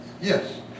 Yes